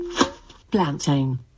Plantain